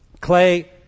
Clay